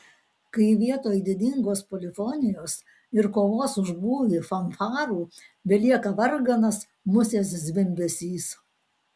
kai vietoj didingos polifonijos ir kovos už būvį fanfarų belieka varganas musės zvimbesys